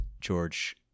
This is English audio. George